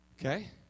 Okay